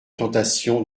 tentation